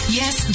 yes